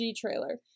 trailer